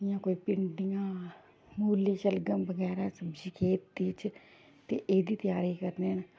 इ'यां कोई भिंडियां मूली शलगम बगैरा सब्ज़ी खेती च ते एह्दी त्यारी करने न